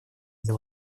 для